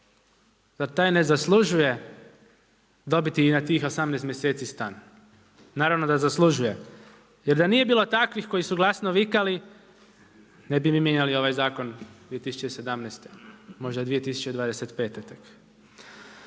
zar taj ne zaslužuje dobiti i na tih 18 mjeseci stan? Naravno da zaslužuje. Jer da nije bilo takvih koji su glasno vikali ne bi mi mijenjali ovaj zakon 2017, možda 2025.